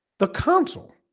the council